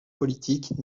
politique